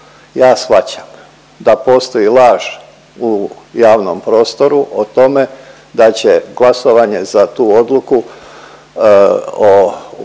Ja shvaćam da postoji laž u javnom prostoru o tome da će glasovanje za tu odluku o ulasku